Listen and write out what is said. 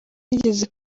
nigeze